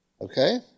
Okay